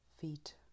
Feet